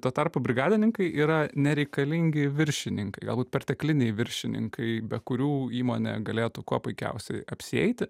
tuo tarpu brigadininkai yra nereikalingi viršininkai galbūt pertekliniai viršininkai be kurių įmonė galėtų kuo puikiausiai apsieiti